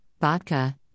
vodka